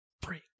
Break